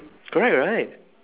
correct right